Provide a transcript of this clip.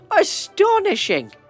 Astonishing